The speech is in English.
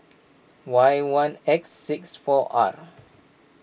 Y one X six four R